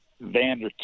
Vander